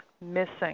missing